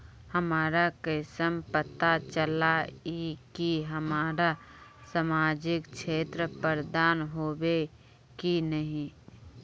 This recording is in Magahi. हमरा कुंसम पता चला इ की हमरा समाजिक सेवा प्रदान होबे की नहीं?